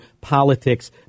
politics